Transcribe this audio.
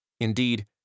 Indeed